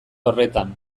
horretan